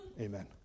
Amen